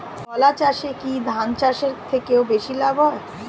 কলা চাষে কী ধান চাষের থেকে বেশী লাভ হয়?